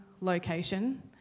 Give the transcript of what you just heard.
location